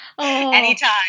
anytime